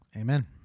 Amen